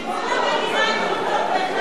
כל המדינה במחאה.